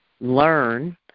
learn